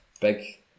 big